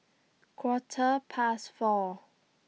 Quarter Past four